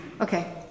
Okay